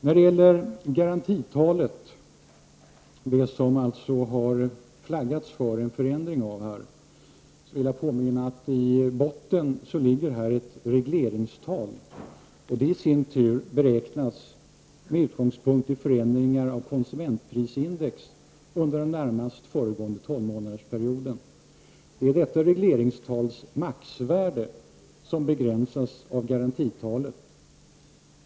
När det gäller garantitalet, som det alltså har flaggats för en förändring av här, vill jag påminna om att i botten ligger ett regleringstal, och det i sin tur beräknas med utgångspunkt i förändringar av konsumentprisindex under den närmast föregående tolvmånadersperioden. Det är detta regleringstals maxvärde som begränsas av garantitalet.